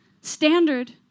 standard